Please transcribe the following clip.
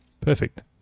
Perfect